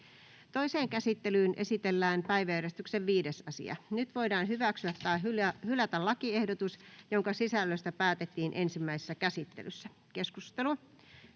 Toiseen käsittelyyn esitellään päiväjärjestyksen 4. asia. Nyt voidaan hyväksyä tai hylätä lakiehdotus, jonka sisällöstä päätettiin ensimmäisessä käsittelyssä. — Keskustelu,